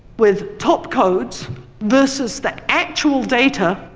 with top codes versus the actual data,